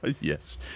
Yes